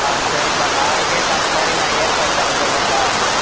ஆ சரிப்பா நாளைக்கே தர மாதிரி நான் ஏற்பாடு பண்ண சொல்கிறேன்ப்பா